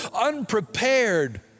unprepared